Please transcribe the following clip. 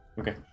Okay